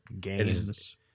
Games